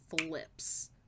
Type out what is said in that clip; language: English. flips